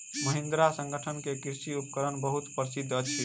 महिंद्रा संगठन के कृषि उपकरण बहुत प्रसिद्ध अछि